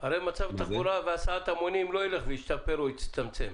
הרי מצב התחבורה והסעת ההמונים לא ילך וישתפר או יצטמצם,